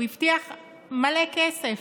הוא הבטיח מלא כסף.